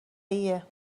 ایه